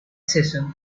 session